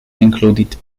included